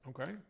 Okay